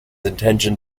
intention